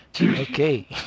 Okay